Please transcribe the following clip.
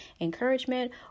encouragement